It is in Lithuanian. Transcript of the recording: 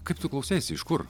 kaip tu klauseisi iš kur